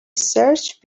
search